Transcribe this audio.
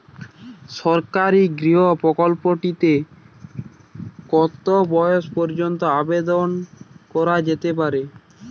সরকারি গৃহ প্রকল্পটি তে কত বয়স পর্যন্ত আবেদন করা যেতে পারে?